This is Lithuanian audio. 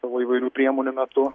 savo įvairių priemonių metu